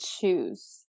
choose